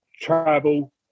travel